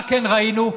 מה כן ראינו?